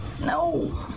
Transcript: No